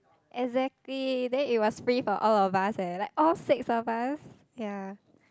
exactly then it was free for all of us eh like all six of us ya